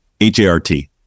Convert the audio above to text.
H-A-R-T